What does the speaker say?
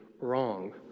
wrong